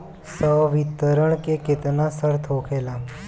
संवितरण के केतना शर्त होखेला?